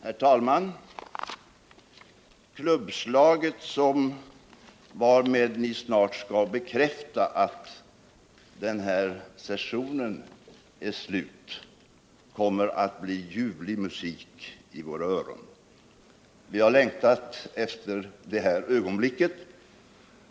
Herr talman! Klubbslaget varmed ni snart skall bekräfta att denna session är avslutad kommer att bli ljuvlig musik för våra öron. Vi har längtat efter detta ögonblick.